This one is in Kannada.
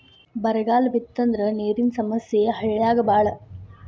ಬರಗಾಲ ಬಿತ್ತಂದ್ರ ನೇರಿನ ಸಮಸ್ಯೆ ಹಳ್ಳ್ಯಾಗ ಬಾಳ